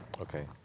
Okay